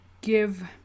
give